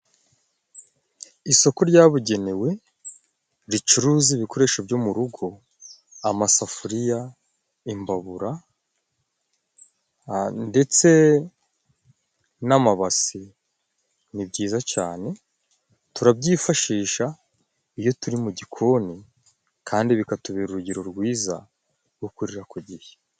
Isoko ryabugenewe ricuruza ibikoresho byo mu rugo amasafuriya, imbabura ndetse n'amabase ni byiza cyane. Turabyifashisha iyo turi mu gikoni kandi bikatubera urugero rwiza rwo kurira ku gihe.